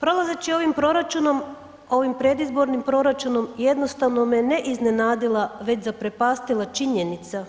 Prolazeći ovim proračunom, ovim predizbornim proračun, jednostavno me ne iznenadila, već zaprepastila činjenica